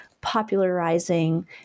popularizing